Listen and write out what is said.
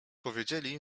powiedzieli